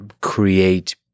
create